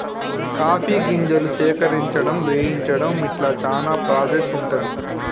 coffee గింజలు సేకరించడం వేయించడం ఇట్లా చానా ప్రాసెస్ ఉంటది